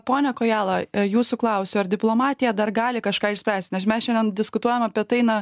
pone kojala jūsų klausiu ar diplomatija dar gali kažką išspręst nes mes šiandien diskutuojam apie tai na